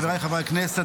חבריי חברי הכנסת,